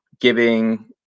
giving